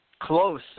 Close